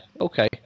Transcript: okay